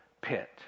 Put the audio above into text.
pit